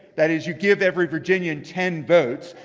that is, you give every virginian ten votes.